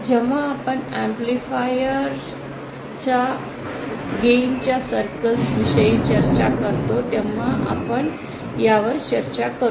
जेव्हा आपण ऍम्प्लिफायर लाभाच्या वर्तुळां विषयी चर्चा करतो तेव्हा आपण यावर चर्चा करू